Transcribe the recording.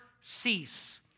cease